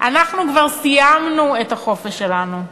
אנחנו כבר סיימנו את החופשה שלנו,